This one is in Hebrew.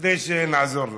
כדי שנעזור לך.